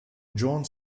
john